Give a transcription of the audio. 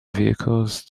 vehicles